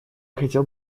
хотел